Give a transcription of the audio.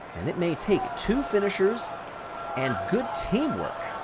and it may take two finishers and good teamwork